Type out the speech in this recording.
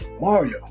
Mario